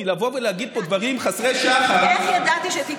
כי לבוא ולהגיד פה דברים חסרי שחר זה לא רציני.